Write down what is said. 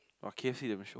or k_f_c never show